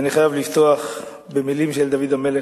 ואני חייב לפתוח בדברים של דוד המלך